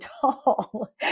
tall